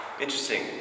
interesting